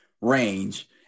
range